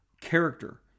character